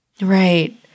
Right